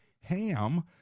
Ham